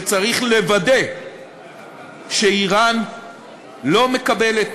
שצריך לוודא שאיראן לא מקבלת,